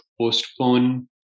postpone